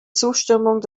zustimmung